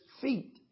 feet